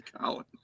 colin